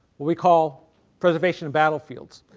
we call preservation of battlefields.